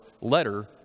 letter